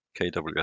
KWS